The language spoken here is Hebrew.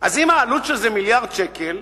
אם העלות של זה היא מיליארד שקל,